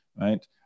Right